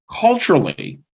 Culturally